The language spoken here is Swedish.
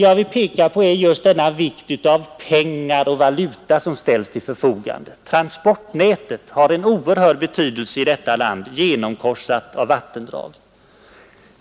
Jag vill peka på just vikten av att pengar och valuta ställs till förfogande. Transportnätet har en oerhörd betydelse i detta land, genomkorsat av vattendrag.